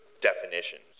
definitions